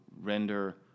render